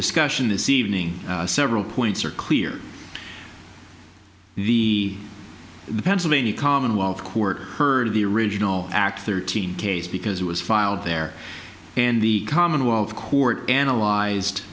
discussion this evening several points are clear the the pennsylvania commonwealth court heard the original act thirteen case because it was filed there and the commonwealth court analyzed